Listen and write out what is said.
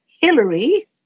Hillary